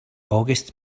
august